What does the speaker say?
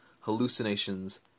hallucinations